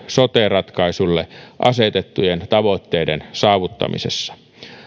sote ratkaisulle asetettujen tavoitteiden saavuttamisessa